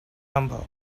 number